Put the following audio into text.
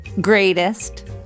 greatest